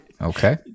Okay